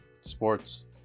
sports